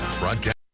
Broadcast